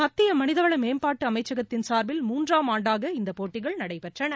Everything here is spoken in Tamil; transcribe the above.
மத்திய மனிதவள மேம்பாட்டு அமைச்சகத்தின் சார்பில் மூன்றாம் ஆண்டாக இந்த போட்டிகள் நடைபெற்றன